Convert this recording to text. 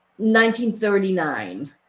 1939